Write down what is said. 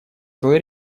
целый